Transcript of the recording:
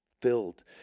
filled